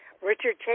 Richard